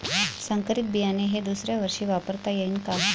संकरीत बियाणे हे दुसऱ्यावर्षी वापरता येईन का?